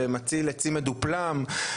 ומציל עצים מדופלם,